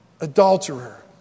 Adulterer